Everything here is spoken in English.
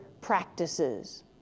practices